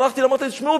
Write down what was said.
הלכתי ואמרתי להם: תשמעו,